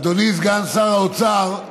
אדוני סגן שר האוצר,